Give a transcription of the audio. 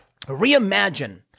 Reimagine